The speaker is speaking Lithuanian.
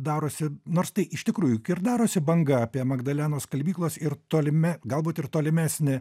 darosi nors tai iš tikrųjų ir darosi banga apie magdalenos skalbyklas ir tolime galbūt ir tolimesnė